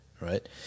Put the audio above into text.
Right